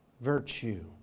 virtue